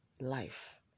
life